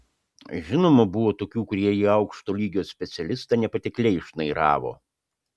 žinoma buvo tokių kurie į aukšto lygio specialistą nepatikliai šnairavo